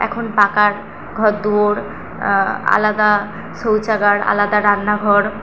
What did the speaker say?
এখন পাকার ঘর দুয়ার আলাদা শৌচাগার আলাদা রান্নাঘর